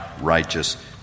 righteous